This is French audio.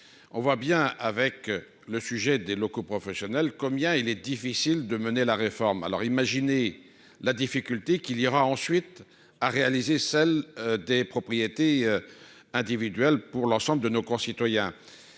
on voit bien avec le sujet des locaux professionnels, combien il est difficile de mener la réforme, alors imaginez la difficulté qu'il ira ensuite à réaliser celles des propriétés individuelles pour l'ensemble de nos concitoyens